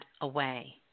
away